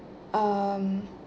um